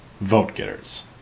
vote-getters